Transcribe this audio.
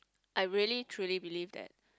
I really truly believe that